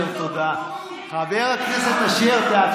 חבר הכנסת אשר, תודה.